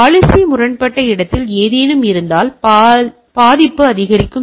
பாலிசிகள் முரண்பட்ட இடத்தில் ஏதேனும் இருந்தால் பாதிப்பு அதிகரிக்கும்